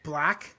Black